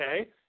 Okay